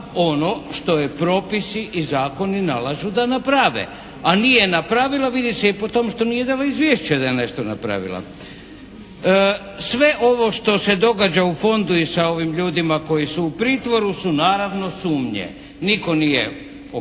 ono što joj propisi i zakoni nalažu da naprave. A nije napravila vidi se i po tom što nije dala izvješće da je nešto napravila. Sve ovo što se događa u fondu i sa ovim ljudima koji su u pritvoru su naravno sumnje. Nitko nije optužen